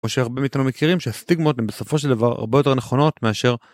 או שהרבה מאיתנו מכירים שהסטיגמות הם בסופו של דבר הרבה יותר נכונות מאשר.